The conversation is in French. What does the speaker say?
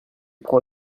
prend